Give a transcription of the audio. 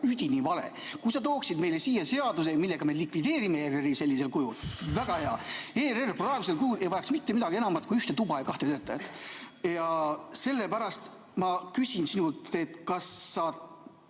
üdini vale. Kui sa tooksid meile siia seaduse, millega me likvideerime ERR‑i sellisel kujul – väga hea. ERR praegusel kujul ei vajaks mitte midagi enamat kui ühte tuba ja kahte töötajat. Sellepärast ma küsin sinult, kas sa